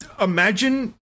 Imagine